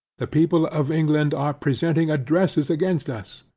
the people of england are presenting addresses against us.